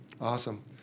Awesome